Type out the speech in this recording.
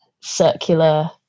circular